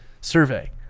survey